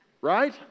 Right